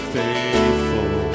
faithful